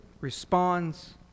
responds